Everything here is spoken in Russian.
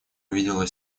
увидела